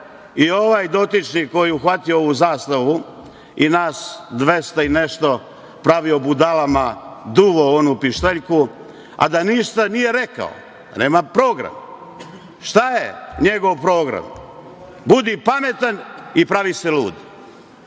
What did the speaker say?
Ovaj dotični koji je uhvatio ovu zastavu i nas 200 i nešto pravio budalama, duvao u onu pištaljku, a da ništa nije rekao, da nema program. Šta je njegov program – budi pametan i pravi se lud.